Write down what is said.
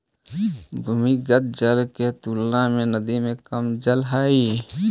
भूमिगत जल के तुलना में नदी में कम जल हई